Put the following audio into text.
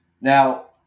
Now